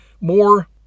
more